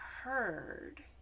heard